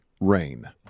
rain